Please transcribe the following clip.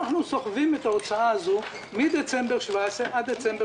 אנחנו סוחבים את ההוצאה הזאת מדצמבר 2017 ועד דצמבר